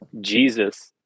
Jesus